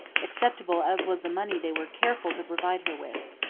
acceptable as was the money they were careful to provide her with.